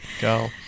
Go